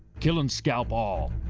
kill and scalp all,